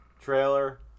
trailer